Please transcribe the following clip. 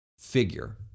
figure